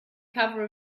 cover